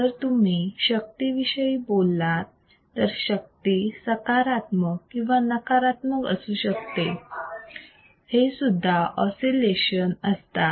जर तुम्ही शक्ती विषयी बोललात तर शक्ती सकारात्मक किंवा नकारात्मक असू शकते हेसुद्धा ऑसिलेशन असतात